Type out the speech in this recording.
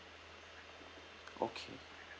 okay